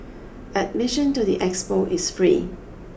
admission to the expo is free